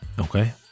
Okay